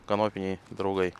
kanopiniai draugai